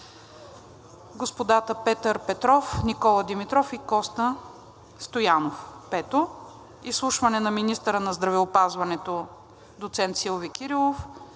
господата Петър Петров, Никола Димитров и Коста Стоянов. 5. Изслушване на министъра на здравеопазването доцент Силви Кирилов